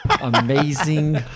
amazing